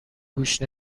گوش